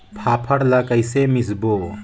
फाफण ला कइसे मिसबो?